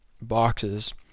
boxes